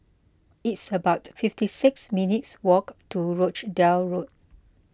it's about fifty six minutes' walk to Rochdale Road